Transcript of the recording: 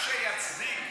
בבקשה את הזמן שלי.